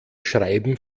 schreiben